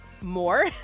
more